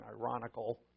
ironical